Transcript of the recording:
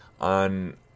on